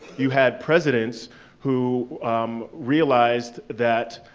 you had presidents who um realized that